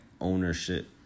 ownership